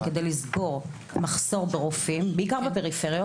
כדי לסגור את המחסור ברופאים בעיקר בפריפריה?